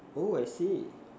oh I see